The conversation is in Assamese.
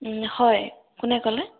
হয় কোনে ক'লে